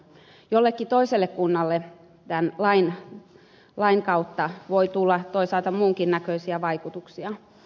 jollekin toiselle kunnalle tämän lain kautta voi tulla toisaalta muunkin näköisiä vaikutuksia